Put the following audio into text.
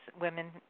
women